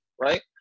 right